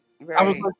right